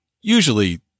Usually